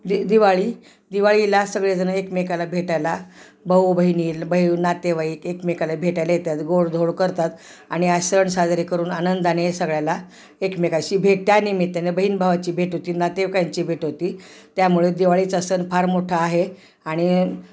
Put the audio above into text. दि दिवाळी दिवाळीला सगळेजण एकमेकांना भेटायला भाऊ बहिणी बही नातेवाईक एकमेकाला भेटायला येतात गोडधोड करतात आणि हा सण साजरी करून आनंदाने सगळ्याला एकमेकाशी भेटतात त्या निमित्ताने बहीण भावाची भेट होते नातेवाईकांची भेट होते त्यामुळे दिवाळीचा सण फार मोठा आहे आणि